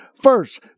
First